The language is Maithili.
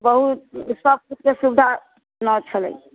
बहुत सबकिछुके सुविधा न छलै